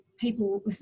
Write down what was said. people